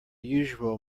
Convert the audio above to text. usual